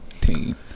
team